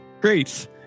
Great